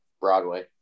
Broadway